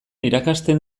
irakasten